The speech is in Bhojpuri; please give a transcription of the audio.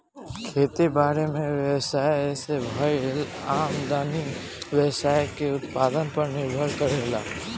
खेती बारी में व्यवसाय से भईल आमदनी व्यवसाय के उत्पादन पर निर्भर करेला